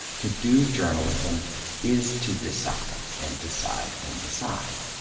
to do journalism is to decide, and decide, and decide.